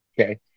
okay